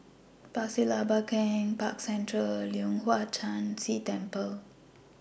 Pasir Laba Camp Park Central and Leong Hwa Chan Si Temple